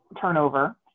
turnover